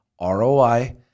ROI